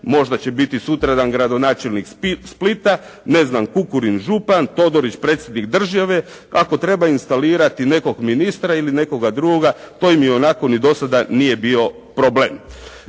možda će biti sutradan gradonačelnik Splita, Kukurin župan, Todorić predsjednik države, ako treba instalirati nekog ministra ili nekoga drugoga, to im ionako ni dosada nije bio problem.